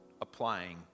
Applying